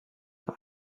and